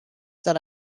that